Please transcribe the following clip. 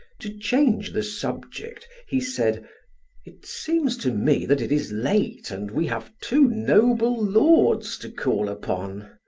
to change the subject he said it seems to me that it is late, and we have two noble lords to call upon!